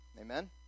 Amen